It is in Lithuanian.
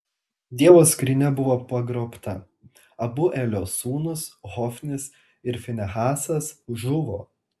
dievo skrynia buvo pagrobta abu elio sūnūs hofnis ir finehasas žuvo